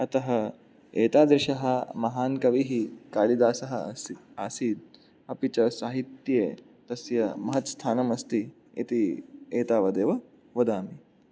अतः एतादृशः महान् कविः कालिदासः अस् आसीत् अपि च साहित्ये तस्य महत् स्थानमस्ति इति एतावदेव वदामि